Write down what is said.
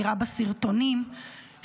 נראה בסרטונים,